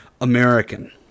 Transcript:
American